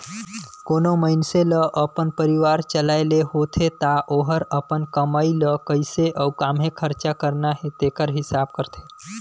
कोनो मइनसे ल अपन परिवार चलाए ले होथे ता ओहर अपन कमई ल कइसे अउ काम्हें खरचा करना हे तेकर हिसाब करथे